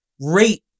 rate